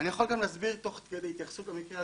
גם להסביר תוך כדי התייחסות למקרה הזה.